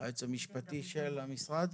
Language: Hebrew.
היועץ המשפטי של המשרד?